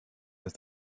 ist